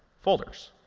folders.